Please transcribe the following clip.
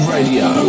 Radio